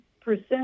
percent